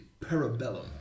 Parabellum